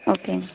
ஓகேங்க